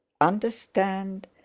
understand